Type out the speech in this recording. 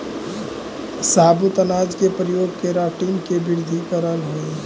साबुत अनाज के प्रयोग केराटिन के वृद्धि करवावऽ हई